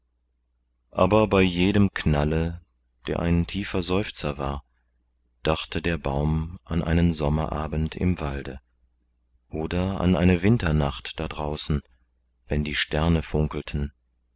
aber bei jedem knalle der ein tiefer seufzer war dachte der baum an einen sommerabend im walde oder an eine winternacht da draußen wenn die sterne funkelten